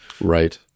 Right